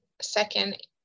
second